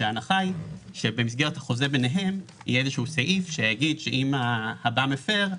ההנחה היא שבמסגרת החוזה ביניהם יהיה איזשהו סעיף שיגיד שאם האדם הפר,